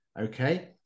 okay